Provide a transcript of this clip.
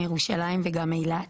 ירושלים וגם אילת,